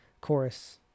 chorus